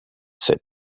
said